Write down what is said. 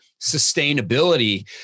sustainability